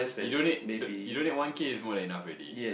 you donate the you donate one K is more than enough already